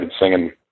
singing